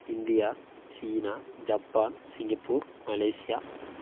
India China Japan Singapore Malaysia